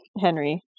Henry